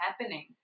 happening